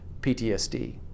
PTSD